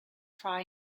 tri